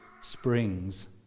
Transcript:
springs